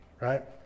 right